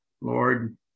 Lord